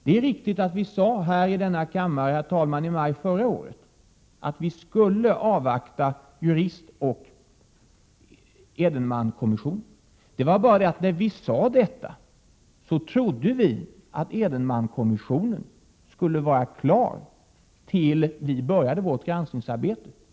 Det är riktigt att vi sade här i kammaren i maj förra året att vi skulle avvakta arbetet i juristoch Edenmankommissionerna. När vi sade detta trodde vi att Edenmankommissionen skulle vara klar tills vi började vårt granskningsarbete.